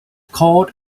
called